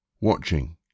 Watching